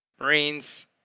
Marines